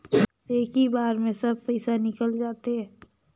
इक्की बार मे सब पइसा निकल जाते?